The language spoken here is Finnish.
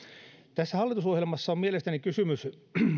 tässä hallitusohjelmassa on mielestäni kysymys